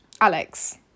Alex